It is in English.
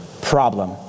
problem